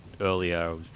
earlier